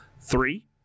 Three